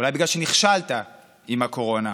אולי בגלל שנכשלת עם הקורונה.